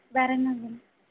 வேறு என்ன வேணும்